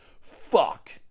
Fuck